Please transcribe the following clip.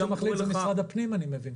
זה גם אחריות של משרד הפנים, אני מבין.